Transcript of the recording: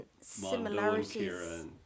similarities